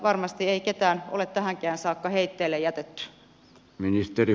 varmasti ei ketään ole tähänkään saakka heitteille jätetty